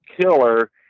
killer